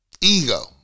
ego